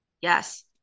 Yes